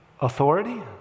authority